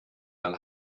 mal